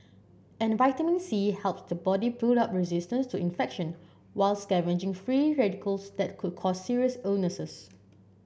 and vitamin C helps the body build up resistance to infection while scavenging free radicals that could cause serious illnesses